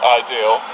ideal